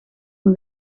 een